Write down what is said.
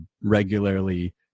regularly